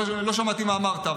לא שמעתי מה אמרת.